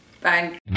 Bye